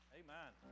amen